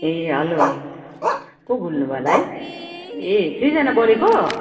ए hello को बोल्नुभयो होला है ए सृजना बोलेको